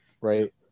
right